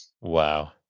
Wow